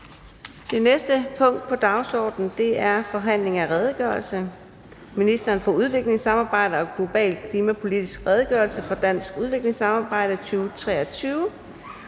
(Fremsættelse 01.03.2024). 15) Forhandling om redegørelse nr. R 15: Ministeren for udviklingssamarbejde og global klimapolitiks redegørelse for dansk udviklingssamarbejde 2023.